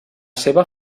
seva